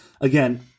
again